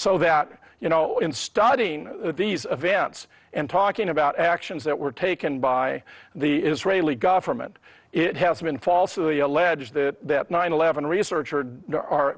so that you know in studying these events and talking about actions that were taken by the israeli government it has been falsely alleged that nine eleven researchers are